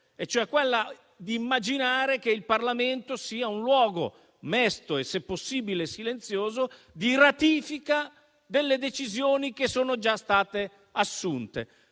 cioè quella di immaginare che il Parlamento sia un luogo mesto e, se possibile, silenzioso di ratifica delle decisioni che sono già state assunte.